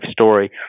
story